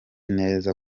neza